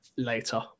later